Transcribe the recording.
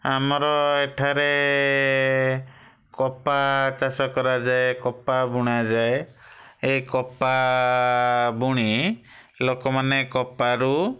ଆମର ଏଠାରେ କପା ଚାଷ କରାଯାଏ କପା ବୁଣାଯାଏ ଏହି କପା ବୁଣି ଲୋକମାନେ କପାରୁ